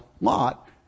lot